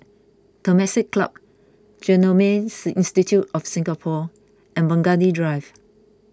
Temasek Club Genomes Institute of Singapore and Burgundy Drive